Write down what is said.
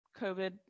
COVID